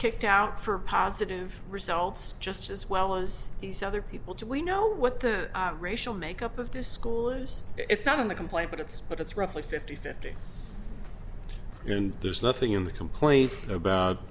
kicked out for positive results just as well as these other people do we know what the racial makeup of the school is it's not in the complaint but it's but it's roughly fifty fifty and there's nothing in the complaint about